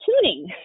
tuning